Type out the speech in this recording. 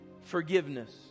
Forgiveness